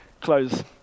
close